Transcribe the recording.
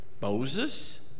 Moses